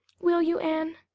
will you, anne?